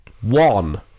One